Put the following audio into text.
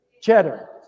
Cheddar